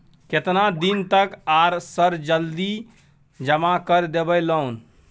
केतना दिन तक आर सर जल्दी जमा कर देबै लोन?